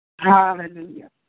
Hallelujah